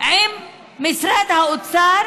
עם משרד האוצר